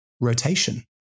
rotation